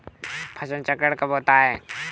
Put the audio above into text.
फसल चक्रण कब होता है?